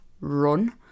run